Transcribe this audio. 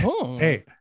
hey